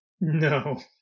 No